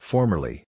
Formerly